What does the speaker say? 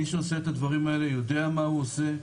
מי שעושה את הדברים האלה יודע מה הוא עושה,